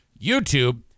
YouTube